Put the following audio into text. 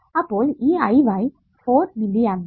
അപ്പോൾ ഈ iy four മില്ലിA